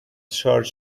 شارژ